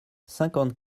cinquante